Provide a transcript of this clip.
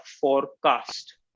forecast